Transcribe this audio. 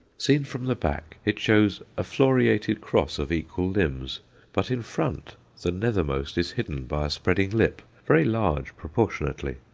seen from the back, it shows a floriated cross of equal limbs but in front the nethermost is hidden by a spreading lip, very large proportionately.